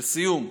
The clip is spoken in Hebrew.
לסיום,